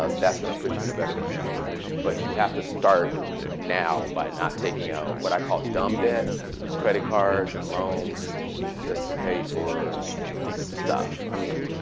ah that's going to put you in a better financial position. but you have to start now by not taking out what i call dumb debt credit cards and loans just to pay for stuff. i mean,